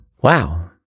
Wow